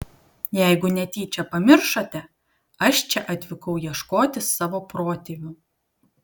jeigu netyčia pamiršote aš čia atvykau ieškoti savo protėvių